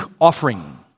offering